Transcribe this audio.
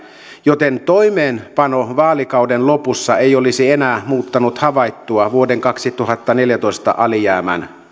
joten toimeenpano vaalikauden lopussa ei olisi enää muuttanut havaittua vuoden kaksituhattaneljätoista alijäämän